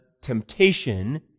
temptation